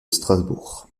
strasbourg